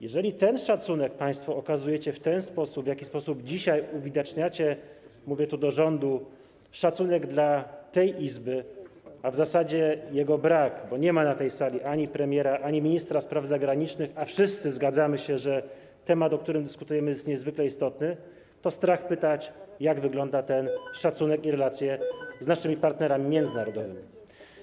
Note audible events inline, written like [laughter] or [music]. Jeżeli ten szacunek państwo okazujecie w ten sposób, w jaki dzisiaj uwidaczniacie - zwracam się do rządu - szacunek dla tej Izby, a w zasadzie jego brak, bo nie ma na sali ani premiera, ani ministra spraw zagranicznych, a wszyscy zgadzamy się, że temat, o którym dyskutujemy, jest niezwykle istotny, to strach pytać, jak wyglądają [noise] szacunek i relacje, jeśli chodzi o naszych partnerów międzynarodowych.